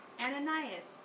Ananias